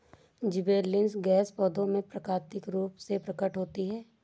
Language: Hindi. जिबरेलिन्स गैस पौधों में प्राकृतिक रूप से प्रकट होती है